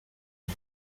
gas